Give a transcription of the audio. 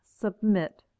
submit